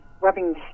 rubbing